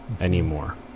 anymore